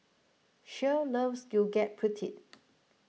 Shirl loves Gudeg Putih